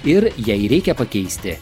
ir jei reikia pakeisti